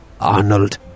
Arnold